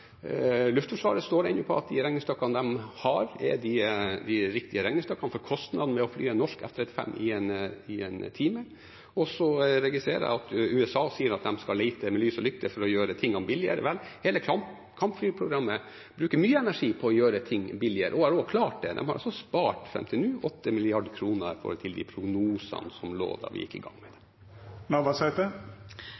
fly et norsk F-35-fly i en time. Så registrerer jeg at USA sier at de skal lete med lys og lykte for å gjøre ting billigere. Vel, hele kampflyprogrammet bruker mye energi på å gjøre ting billigere, og de har også klart det. De har fram til nå spart 8 mrd. kr i forhold de prognosene som forelå da vi gikk i gang. Eg takkar for svaret. Det